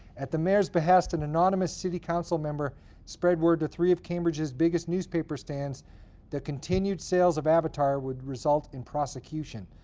at the mayor's behest, an anonymous city council member spread word to three of cambridge's biggest newspaper stands that continued sales of avatar would result in prosecution.